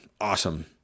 awesome